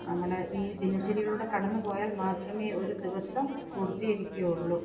നമ്മൾ ഈ ദിനചര്യകളിലൂടെ കടന്ന് പോയാൽ മാത്രമേ ഒരു ദിവസം പൂർത്തീകരിക്കുകയുള്ളു